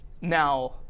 now